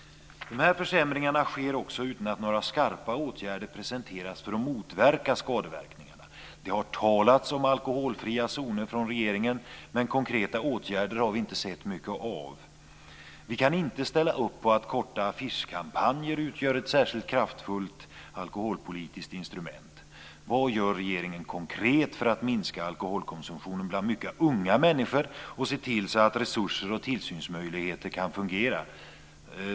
De här försämringarna sker också utan att några skarpa åtgärder presenteras för att motverka skadeverkningarna. Det har från regeringen talats om alkholfria zoner, men konkreta åtgärder har vi inte sett mycket av. Vi kan inte ställa upp på att korta affischkampanjer utgör ett särskilt kraftfullt alkoholpolitiskt instrument. Vad gör regeringen konkret för att minska alkoholkonsumtionen bland mycket unga människor och se till så att resurser och tillsynsmöjligheter kan fungera?